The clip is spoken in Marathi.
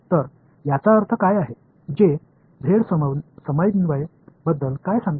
तर याचा अर्थ काय आहे जे झेड समन्वय बद्दल काय सांगते